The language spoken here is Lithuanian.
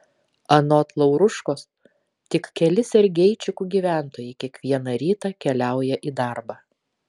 anot lauruškos tik keli sergeičikų gyventojai kiekvieną rytą keliauja į darbą